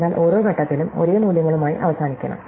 അതിനാൽ ഓരോ ഘട്ടത്തിലും ഒരേ മൂല്യങ്ങളുമായി അവസാനിക്കണം